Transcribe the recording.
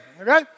okay